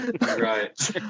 Right